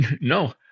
no